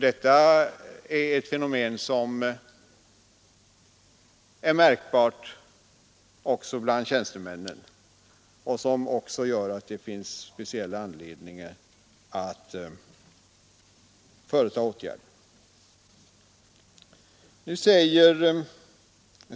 Detta är ett fenomen som är märkbart också bland tjänstemännen och som gör att det finns speciell anledning att vidtaga åtgärder.